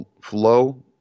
flow